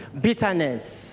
bitterness